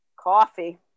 Coffee